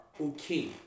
okay